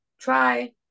try